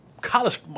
College